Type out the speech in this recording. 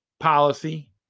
Policy